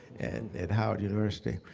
and at howard university.